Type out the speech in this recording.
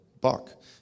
buck